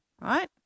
right